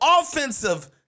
offensive